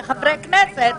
כחברי כנסת,